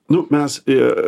nu mes ir